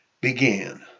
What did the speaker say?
began